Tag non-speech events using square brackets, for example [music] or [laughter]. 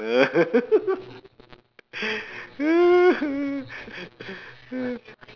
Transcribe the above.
[laughs]